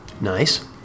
nice